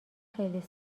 خیلی